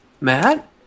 Matt